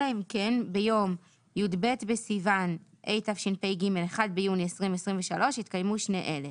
אלא אם כן ביום י"ב בסיוון התשפ"ג (1 ביוני 2023) התקיימו שני אלה: